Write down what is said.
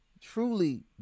truly